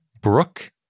Brooke